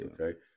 okay